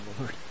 Lord